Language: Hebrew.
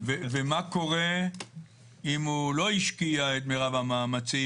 מי קובע את השאלה אם הוא השקיע את מירב המאמצים?